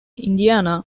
indiana